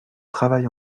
travail